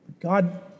God